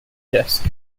disc